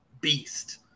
beast